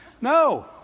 No